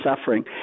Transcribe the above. suffering